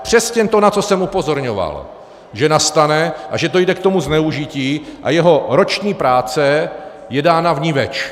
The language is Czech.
Přesně to, na co jsem upozorňoval, že nastane a že dojde k tomu zneužití, a jeho roční práce je dána vniveč.